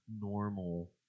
normal